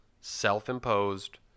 self-imposed